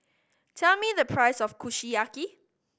tell me the price of Kushiyaki